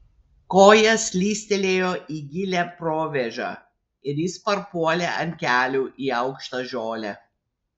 koja slystelėjo į gilią provėžą ir jis parpuolė ant kelių į aukštą žolę